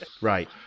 right